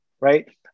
right